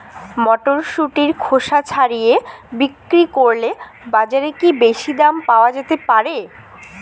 মটরশুটির খোসা ছাড়িয়ে বিক্রি করলে বাজারে কী বেশী দাম পাওয়া যেতে পারে?